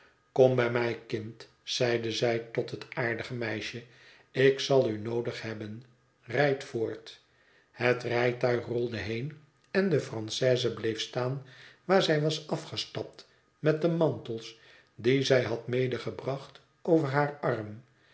kom bij mij kind zeide zij tot het aardige meisje ik zal u noodig hebben rijd voort het rijtuig rolde heen en de francaise bleef staan waar zij was afgestapt met de mantels die zij had medegebracht over haar arm